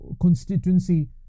constituency